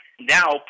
now